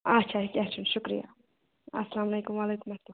اچھا کیٚنہہ چھُنہٕ شُکریہ اسلام علیکُم علیکُم سلام